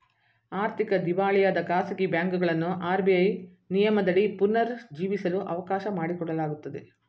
ಆರ್ಥಿಕ ದಿವಾಳಿಯಾದ ಖಾಸಗಿ ಬ್ಯಾಂಕುಗಳನ್ನು ಆರ್.ಬಿ.ಐ ನಿಯಮದಡಿ ಪುನರ್ ಜೀವಿಸಲು ಅವಕಾಶ ಮಾಡಿಕೊಡಲಾಗುತ್ತದೆ